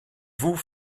vous